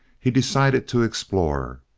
he decided to explore,